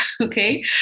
Okay